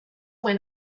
went